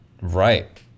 Right